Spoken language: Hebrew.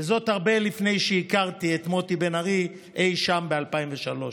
הרבה לפני שהכרתי את מוטי בן ארי אי-שם ב-2003.